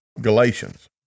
Galatians